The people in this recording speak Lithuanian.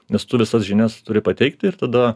nes tu visas žinias turi pateikti ir tada